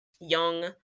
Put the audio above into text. young